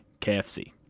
KFC